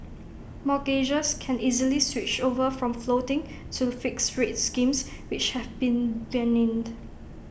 mortgagors can easily switch over from floating to fixed rate schemes which have been